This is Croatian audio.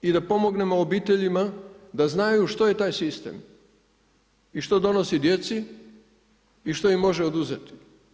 I da pomognemo obiteljima da znaju što je taj sistem i što donosi djeci i što im može oduzeti.